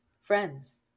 friends